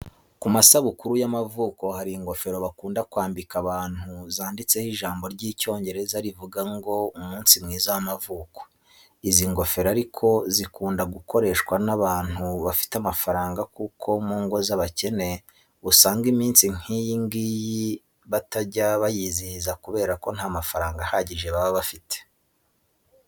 Ku masabukuru y'amavuko hari ingofero bakunda kwambika abantu zanditseho ijambo ry'icyongereza rivuga ngo umunsi mwiza w'amavuko. Izi ngofero ariko zikunda gukoreshwa n'abantu bafite amafaranga kuko mu ngo z'abakene usanga iminsi nk'iyi ngiyi batajya bayizihiza kubera ko nta mafaranga ahagije baba bafite.